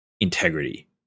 integrity